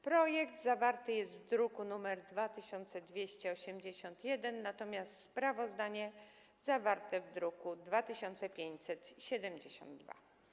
Projekt zawarty jest w druku nr 2281, natomiast sprawozdanie zawarte jest w druku nr 2572.